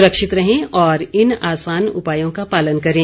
सुरक्षित रहें और इन आसान उपायों का पालन करें